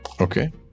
Okay